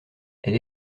elle